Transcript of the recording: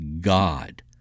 God